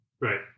Right